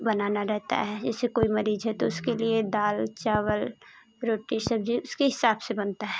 बनाना रहता है जैसे कोई मरीज़ है तो उसके लिए दाल चावल रोटी सब्ज़ी उसके हिसाब से बनता है